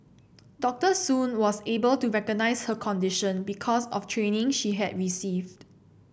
Doctor Soon was able to recognise her condition because of training she had received